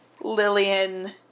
Lillian